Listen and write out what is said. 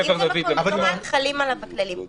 אוקיי, אם זה מקום מנוהל, חלים עליו הכללים.